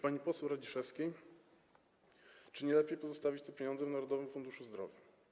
Pani poseł Radziszewska pytała, czy nie lepiej pozostawić te pieniądze w Narodowym Funduszu Zdrowia.